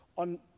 On